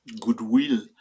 goodwill